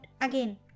again